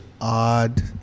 odd